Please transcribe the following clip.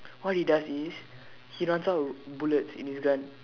what he does is he runs out with bullets in his gun